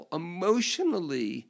emotionally